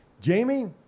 Jamie